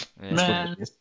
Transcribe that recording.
Man